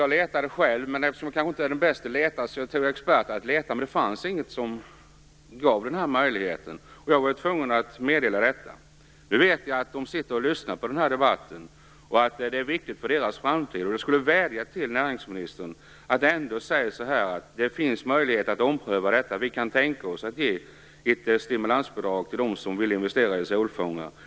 Jag letade själv, men eftersom jag inte är så bra på att leta anlitade jag en expert, men det gick inte att hitta något som medgav denna möjlighet. Jag var tvungen att meddela detta till företaget. Jag vet att dessa människor lyssnar till den här debatten eftersom den är viktig för deras framtid. Jag vädjar till näringsministern om en möjlighet att ompröva detta och om att han skall säga att han kan tänka sig att ge stimulansbidrag till dem som vill investera i solfångare.